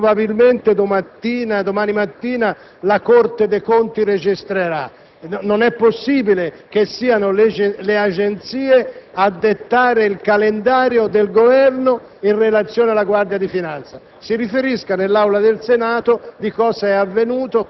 Non possiamo leggere sulle agenzie che molto probabilmente domani mattina la Corte dei conti registrerà il decreto. Non è possibile che siano le agenzie a dettare il calendario del Governo in relazione alla Guardia di finanza.